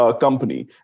company